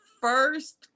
first